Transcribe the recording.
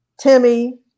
Timmy